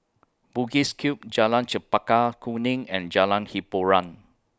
Bugis Cube Jalan Chempaka Kuning and Jalan Hiboran